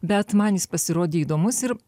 bet man jis pasirodė įdomus ir